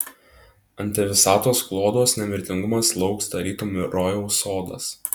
antivisatos kloduos nemirtingumas lauks tarytum rojaus sodas